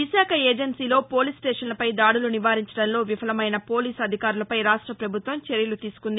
విశాఖ ఏజెన్సీలో పోలీస్ స్టేషన్లపై దాడులు నివారించడంలో విఫలమైన పోలీసు అధికారులపై రాష్ట ప్రభుత్వం చర్యలు తీసుకుంది